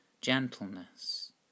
Gentleness